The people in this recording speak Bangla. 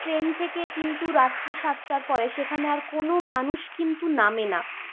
ট্রেন থেকে কিন্তু রাত্রি সাতটার পরে সেখানে আর কোনো মানুষ কিন্তু নামে না